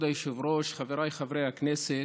כבוד היושב-ראש, חבריי חברי הכנסת,